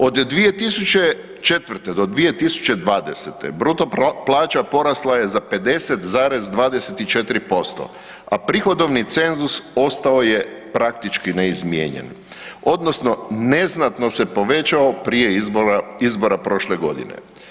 Od 2004. do 2020. bruto plaća porasla je za 50,24%, a prihodovni cenzus ostao je praktički neizmijenjen odnosno neznatno se povećao prije izbora prošle godine.